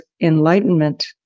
enlightenment